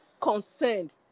concerned